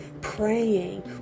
Praying